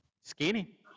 Skinny